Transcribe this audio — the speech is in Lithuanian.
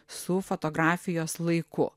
su fotografijos laiku